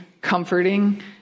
comforting